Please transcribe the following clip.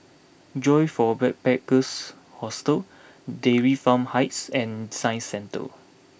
Joyfor Backpackers' Hostel Dairy Farm Heights and Science Centre